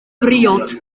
briod